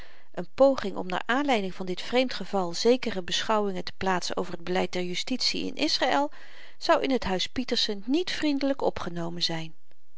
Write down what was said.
een poging om naar aanleiding van dit vreemd geval zekere beschouwingen te plaatsen over t beleid der justitie in israël zou in t huis pieterse niet vriendelyk opgenomen zyn